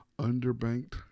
Underbanked